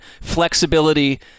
flexibility